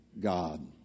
God